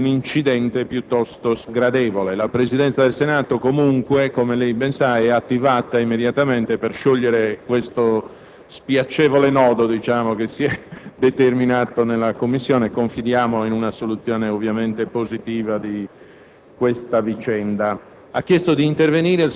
che si possa trattare - perlomeno, così mi sento di dire - di un incidente piuttosto sgradevole. La Presidenza del Senato, comunque - come lei ben sa - è attivata immediatamente per sciogliere questo spiacevole nodo che si è determinato nella Commissione. Confidiamo in una soluzione positiva